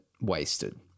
wasted